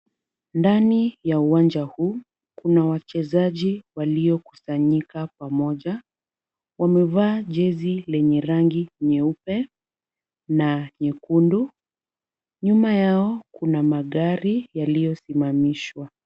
Ndani ya uwanja huu, kuna wachezaji waliokusanyika pamoja, wamevaa jezi lenye rangi nyeupe na nyekundu, nyuma yao kuna magari yaliyosimamishwa.